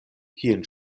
kien